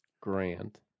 Grant